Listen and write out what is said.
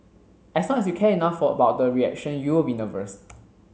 as long as you care enough for about the reaction you will be nervous